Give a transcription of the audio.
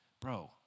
bro